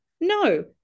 no